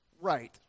right